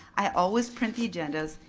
i always print the agendas,